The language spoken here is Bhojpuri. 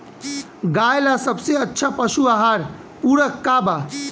गाय ला सबसे अच्छा पशु आहार पूरक का बा?